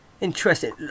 Interesting